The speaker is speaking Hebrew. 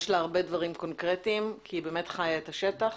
יש לה הרבה דברים קונקרטיים כי היא באמת חיה את השטח.